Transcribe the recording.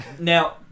Now